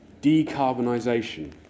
decarbonisation